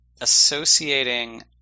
associating